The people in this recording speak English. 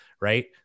right